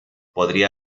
podría